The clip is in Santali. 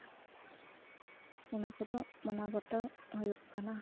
ᱚᱱᱟ ᱠᱚᱫᱚ ᱢᱟᱱᱟᱣ ᱵᱟᱛᱟᱣ ᱦᱩᱭᱩᱜ ᱠᱟᱱᱟ